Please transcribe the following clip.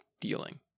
dealing